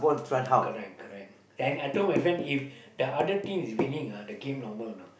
correct correct then I told my friend if the other team is winning ah the game normal you know